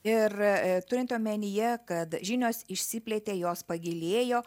ir turint omenyje kad žinios išsiplėtė jos pagilėjo